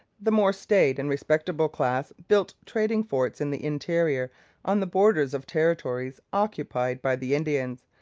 the more staid and respectable class built trading forts in the interior on the borders of territories occupied by the indians.